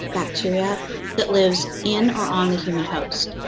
bacteria that lives in or on the human host.